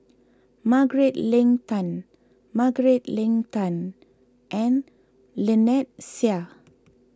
Margaret Leng Tan Margaret Leng Tan and Lynnette Seah